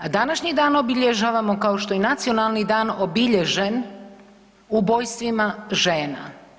A današnji dan obilježavamo, kao što je i nacionalni dan obilježen ubojstvima žena.